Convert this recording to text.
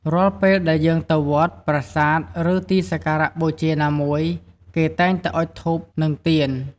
រាល់ពេលដែលយើងទៅវត្ត ប្រាសាទ ឬទីសក្ការៈបូជាណាមួយ គេតែងតែអុជធូប និងទៀន។